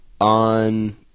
on